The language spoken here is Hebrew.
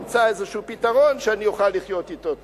ימצא איזשהו פתרון שאני אוכל לחיות אתו טוב.